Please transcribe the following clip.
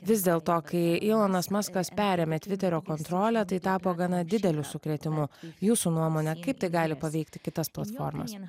vis dėl to kai ilonas muskas perėmė tviterio kontrolę tai tapo gana dideliu sukrėtimu jūsų nuomone kaip tai gali paveikti kitas platformas